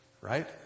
right